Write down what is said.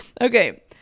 Okay